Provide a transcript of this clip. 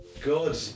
good